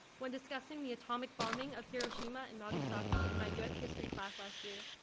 when discussing the atomic bombing of hiroshima and nagasaki in my u s. history class last year.